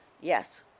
Yes